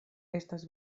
estas